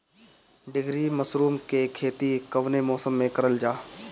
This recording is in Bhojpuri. ढीघरी मशरूम के खेती कवने मौसम में करल जा?